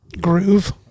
groove